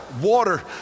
Water